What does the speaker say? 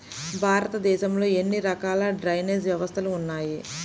భారతదేశంలో ఎన్ని రకాల డ్రైనేజ్ వ్యవస్థలు ఉన్నాయి?